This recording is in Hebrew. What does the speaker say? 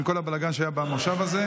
עם כל הבלגן שהיה במושב הזה.